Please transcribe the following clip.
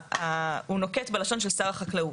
באמת, הוא נוקט בלשון של שר החקלאות.